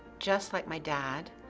just like my dad,